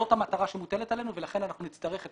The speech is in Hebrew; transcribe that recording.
זאת המטרה שמוטלת עלינו ולכן אנחנו נצטרך את